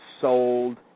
sold